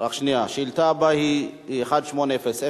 השאילתא הבאה היא שאילתא מס' 1800,